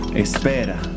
espera